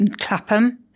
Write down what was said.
clapham